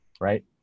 right